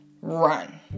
run